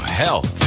health